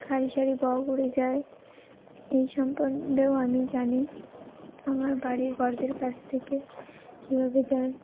কাড়ি সারি বউ উুরে যায় এই সম্পন্ধেও আমি জানি আমার বাড়ির বড়দের কাছ থেকে কীভাবে যায়